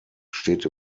steht